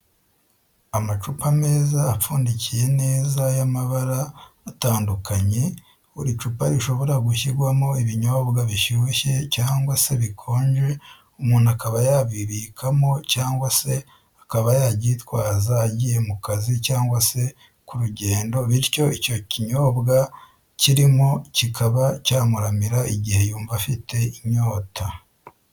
Amacupa meza apfundikiye neza y'amabara atandukanye, buri cupa rishobora gushyirwamo ibinyobwa bishushye cyangwa se bikonje umuntu akaba yabibikamo cyangwa se akaba yaryitwaza agiye mu kazi cyangwa se ku rugendo, bityo icyo kinyobwa kirimo kikaba cyamuramira igihe yumva afite inyota.